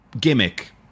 gimmick